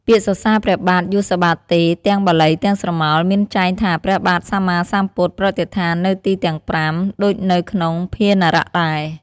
ពាក្យសសើរព្រះបាទ «យស្សបាទេ» ទាំងបាលី ទាំងស្រមោល មានចែងថាព្រះបាទសម្មាសម្ពុទ្ធប្រតិស្ថាននៅទីទាំង៥ ដូចនៅក្នុងភាណរៈដែរ។